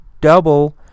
double